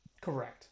Correct